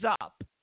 up